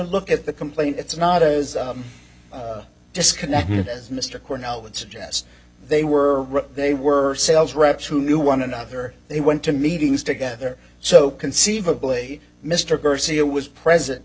look at the complaint it's not as disconnected as mr cornell would suggest they were they were sales reps who knew one another they went to meetings together so conceivably mr garcia was present